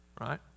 Right